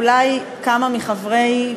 אולי כמה מחברי,